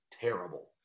terrible